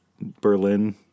Berlin